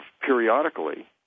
Periodically